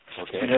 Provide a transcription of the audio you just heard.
Okay